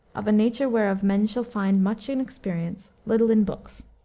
of a nature whereof men shall find much in experience, little in books.